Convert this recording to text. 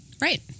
right